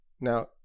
Now